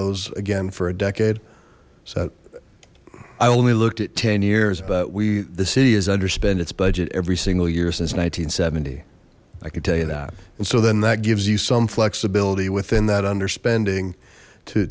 those again for a decade so i only looked at ten years but we the city is under spend its budget every single year since one thousand nine hundred and seventy i could tell you that and so then that gives you some flexibility within that under spending to